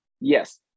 yes